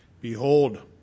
Behold